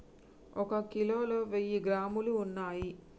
ఒక కిలోలో వెయ్యి గ్రాములు ఉన్నయ్